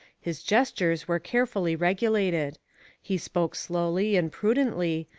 his gestures were carefully regulated he spoke slowly and prudently,